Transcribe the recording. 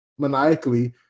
maniacally